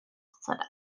said